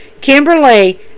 Kimberly